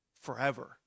forever